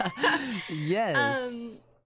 Yes